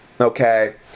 Okay